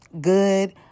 good